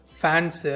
fans